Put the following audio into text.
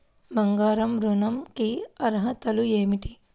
బంగారు ఋణం కి అర్హతలు ఏమిటీ?